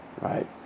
right